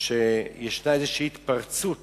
שיש התפרצות